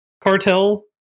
cartel